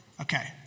Okay